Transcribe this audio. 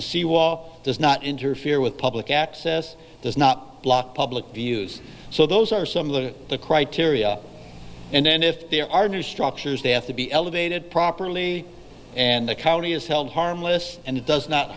does not interfere with public access does not block public views so those are some of the criteria and then if there are new structures they have to be elevated properly and the county is held harmless and does not